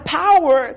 power